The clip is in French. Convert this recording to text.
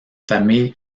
famille